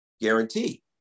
guarantee